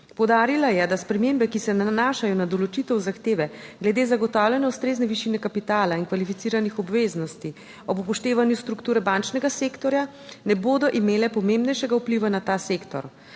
Poudarila je, da spremembe, ki se nanašajo na določitev zahteve glede zagotavljanja ustrezne višine kapitala in kvalificiranih obveznosti ob upoštevanju strukture bančnega sektorja ne bodo imele pomembnejšega vpliva na ta sektor,